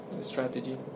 strategy